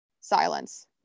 Silence